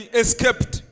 escaped